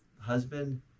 husband